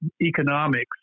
economics